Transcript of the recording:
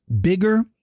bigger